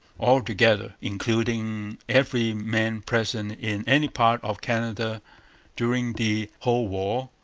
altogether, including every man present in any part of canada during the whole war,